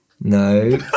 no